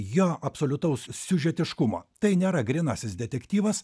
jo absoliutaus siužetiškumo tai nėra grynasis detektyvas